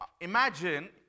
imagine